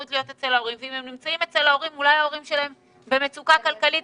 יכול להיות שההורים שלהם נמצאים בעצמם במצוקה כלכלית